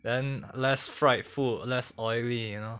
then less fried food less oily you know